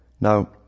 Now